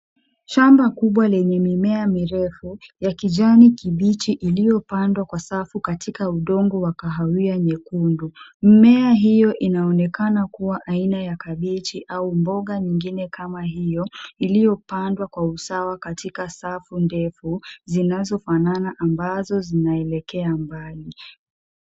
Shamba kubwa lenye mimea mirefu ya kijani kibichi iliyopandwa kwa safu katika udongo wa kahawia nyekundu. Mimea hiyo inaonekana kuwa aina ya kabichi au mboga nyingine kama hiyo iliyopandwa kwa usawa katika safu ndefu zinazofanana ambazo zinaelekea mbali.